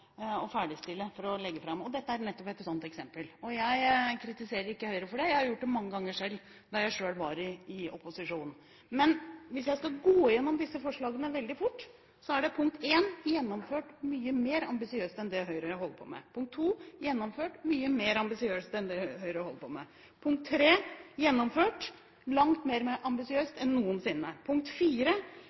ferdigstille for framlegging, og dette er nettopp et sånt eksempel. Jeg kritiserer ikke Høyre for det – jeg har selv gjort det mange ganger da jeg var i opposisjon. Jeg skal gå igjennom disse forslagene veldig fort: Punkt 1 er gjennomført mye mer ambisiøst enn det Høyre holder på med. Punkt 2 er gjennomført mye mer ambisiøst enn det Høyre holder på med. Punkt 3 er gjennomført langt mer ambisiøst enn noensinne. Punkt